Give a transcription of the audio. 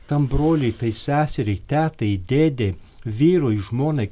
tam broliui seseriai tetai dėdei vyrui žmonai